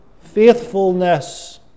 faithfulness